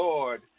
Lord